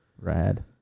Rad